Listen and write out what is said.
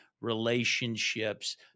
Relationships